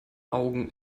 augen